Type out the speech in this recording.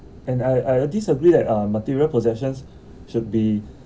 and I I disagree that um material possessions should be